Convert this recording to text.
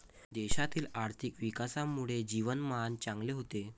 देशातील आर्थिक विकासामुळे जीवनमान चांगले होते